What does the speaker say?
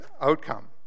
outcome